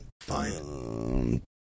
Fine